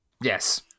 yes